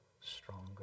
stronger